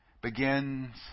begins